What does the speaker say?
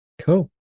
Cool